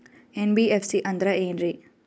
NBFC ಅಂದ್ರ ಏನ್ರೀ?